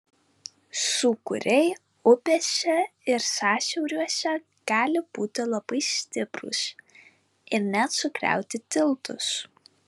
sūkuriai upėse ir sąsiauriuose gali būti labai stiprūs ir net sugriauti tiltus